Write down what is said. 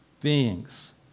beings